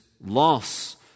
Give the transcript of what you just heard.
loss